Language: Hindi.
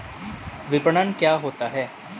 विपणन क्या होता है?